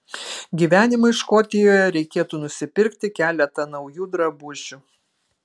gyvenimui škotijoje reikėtų nusipirkti keletą naujų drabužių